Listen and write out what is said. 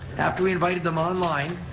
after we invited them online,